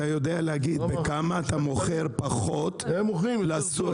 אתה יודע להגיד בכמה אתה מוכר פחות לסופר?